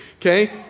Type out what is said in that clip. Okay